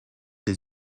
des